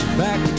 back